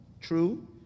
True